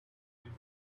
usual